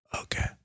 Okay